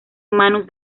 manos